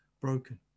broken